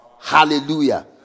hallelujah